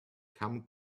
come